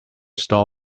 store